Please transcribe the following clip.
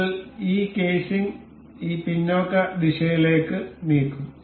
നിങ്ങൾ ഈ കേസിംഗ് ഈ പിന്നോക്ക ദിശയിലേക്ക് നീക്കും